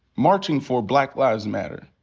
marching for black lives matter.